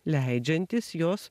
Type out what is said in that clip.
leidžiantis jos